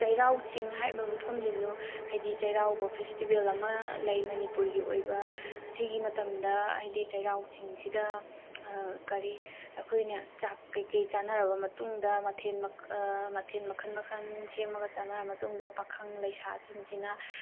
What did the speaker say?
ꯆꯩꯔꯥꯎꯆꯤꯡ ꯍꯥꯏꯕ ꯃꯐꯝꯁꯤꯁꯨ ꯍꯥꯏꯗꯤ ꯆꯩꯔꯥꯎꯕ ꯐꯦꯁꯇꯤꯚꯦꯜ ꯑꯃ ꯂꯩ ꯃꯅꯤꯄꯨꯔꯒꯤ ꯑꯣꯏꯕ ꯁꯤꯒꯤ ꯃꯇꯝꯗ ꯍꯥꯏꯗꯤ ꯆꯩꯔꯥꯎꯆꯤꯡꯁꯤꯗ ꯀꯔꯤ ꯑꯩꯈꯣꯏꯅ ꯆꯥꯛ ꯀꯩꯀꯩ ꯆꯥꯅꯔꯕ ꯃꯇꯨꯡꯗ ꯃꯊꯦꯜ ꯃꯊꯦꯟ ꯃꯈꯟ ꯃꯈꯟ ꯁꯦꯝꯃꯒ ꯆꯥꯅꯔ ꯃꯇꯨꯡꯗ ꯄꯥꯈꯪ ꯂꯩꯁꯥꯁꯤꯡꯁꯤꯅ